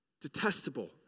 Detestable